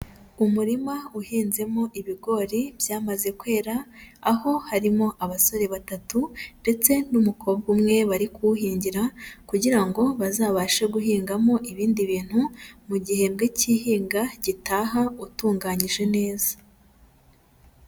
Umurima uhinzemo ibigori byamaze kwera, aho harimo abasore batatu ndetse n'umukobwa umwe bari kuwuhingira kugira ngo bazabashe guhingamo ibindi bintu mu gihembwe cy'ihinga gitaha utunganyije neza.